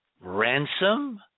ransom